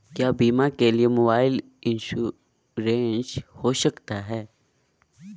क्या बीमा के लिए मोबाइल इंश्योरेंस हो सकता है?